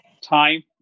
time